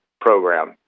program